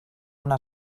una